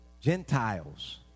Gentiles